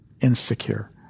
insecure